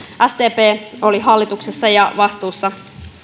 sdp oli hallituksessa ja vastuussa